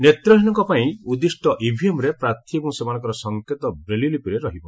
ନେତ୍ରହୀନଙ୍କ ପାଇଁ ଉଦ୍ଦିଷ୍ଟ ଇଭିଏମ୍ରେ ପ୍ରାର୍ଥୀ ଏବଂ ସେମାନଙ୍କର ସଂକେତ ବ୍ରେଲି ଲିପିରେ ରହିବ